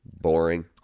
Boring